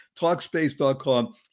Talkspace.com